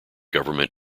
government